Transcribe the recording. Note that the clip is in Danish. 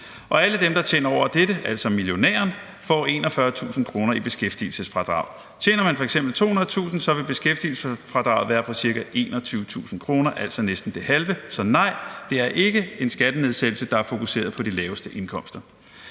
alle dem, der tjener over dette, altså millionæren, får 41.000 kr. i beskæftigelsesfradrag. Tjener man f.eks. 200.000 kr., vil beskæftigelsesfradraget være på ca. 21.000 kr., altså næsten det halve. Så nej, det er ikke en skattenedsættelse, der er fokuseret på de laveste indkomster.